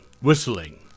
Whistling